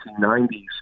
1990s